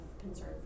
concern